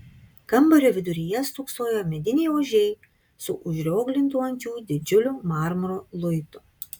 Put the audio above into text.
kambario viduryje stūksojo mediniai ožiai su užrioglintu ant jų didžiuliu marmuro luitu